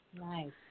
Nice